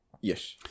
Yes